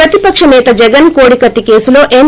ప్రతిపక్ష నేత జగన్ కోడికత్తి కేసులో ఎన్